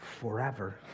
forever